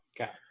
okay